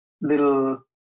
little